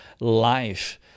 life